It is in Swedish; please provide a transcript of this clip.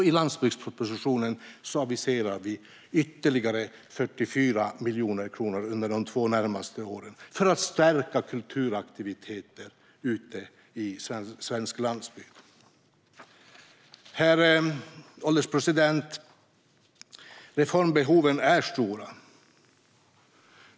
I landsbygdspropositionen aviserar vi ytterligare 44 miljoner kronor under de två närmaste åren för att stärka kulturaktiviteter ute på svensk landsbygd. Herr ålderspresident! Reformbehoven är stora.